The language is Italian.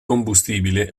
combustibile